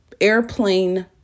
airplane